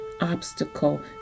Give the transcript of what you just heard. obstacle